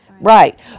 Right